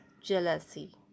jealousy